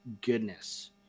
goodness